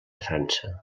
frança